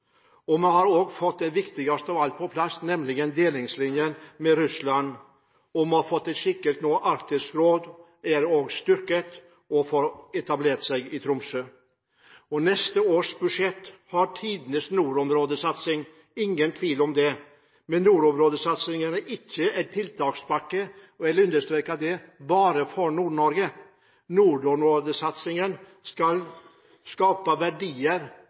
Vi har også fått det viktigste av alt på plass, nemlig en delingslinje med Russland, og Arktisk Råd er nå styrket og får etablert seg i Tromsø. Neste års budsjett har tidenes nordområdesatsing – ingen tvil om det. Men nordområdesatsingen er ikke en tiltakspakke – og jeg vil understreke det – bare for Nord-Norge. Nordområdesatsingen skal skape verdier